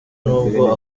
nubwo